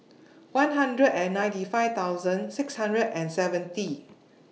one hundred and ninety five thousand six hundred and seventy